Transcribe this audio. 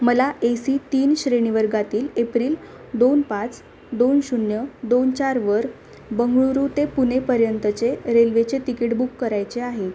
मला A C तीन श्रेणी वर्गातील एप्रिल दोन पाच दोन शून्य दोन चारवर बंगळुरू ते पुणेपर्यंतचे रेल्वेचे तिकिड बुक करायचे आहे